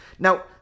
Now